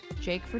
Jake